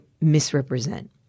misrepresent